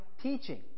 teaching